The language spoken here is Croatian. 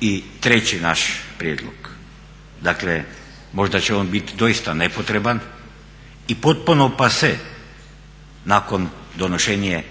I treći naš prijedlog, dakle možda će on biti doista nepotreban i potpuno passe nakon donošenja